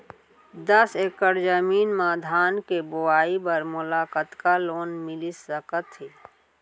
दस एकड़ जमीन मा धान के बुआई बर मोला कतका लोन मिलिस सकत हे?